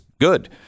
good